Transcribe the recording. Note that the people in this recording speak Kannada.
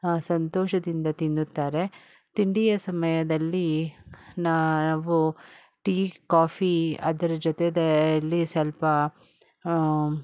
ಸಂತೋಷದಿಂದ ತಿನ್ನುತ್ತಾರೆ ತಿಂಡಿಯ ಸಮಯದಲ್ಲಿ ನಾವು ಟೀ ಕಾಫಿ ಅದರ ಜೊತೆದಲ್ಲಿ ಸ್ವಲ್ಪ